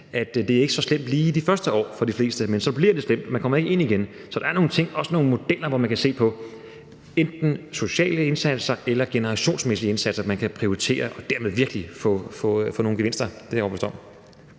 at det jo ikke er så slemt lige de første år, for de fleste, men så bliver det slemt, og man kommer ikke ind igen. Så der er nogle ting, nogle modeller, hvor man enten kan se på sociale indsatser eller generationsmæssige indsatser. Man kan prioritere og dermed virkelig få nogle gevinster. Det er jeg